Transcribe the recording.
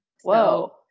Whoa